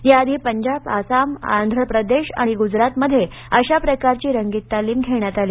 या आधी पंजाब असाम आंध्र प्रदेश आणि गुजरातमध्ये अशा प्रकारची रंगीत तालीम धेण्यात आली